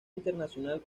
internacional